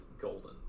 golden